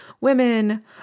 women